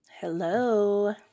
Hello